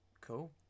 Cool